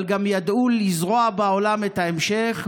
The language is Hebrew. אבל גם ידעו לזרוע בעולם את ההמשך.